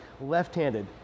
Left-handed